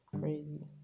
crazy